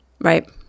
Right